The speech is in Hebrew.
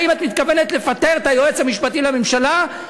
האם את מתכוונת לפטר את היועץ המשפטי לממשלה,